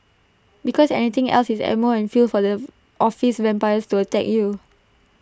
because anything else is ammo and fuel for the office vampires to attack you